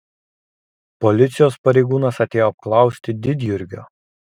policijos pareigūnas atėjo apklausti didjurgio